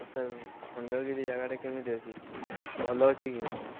ତ ସାର୍ ଖଣ୍ଡଗିରି ଜାଗାଟା କେମିତି ଅଛି ଭଲ ଅଛି କି ନାହିଁ